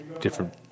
different